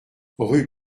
rue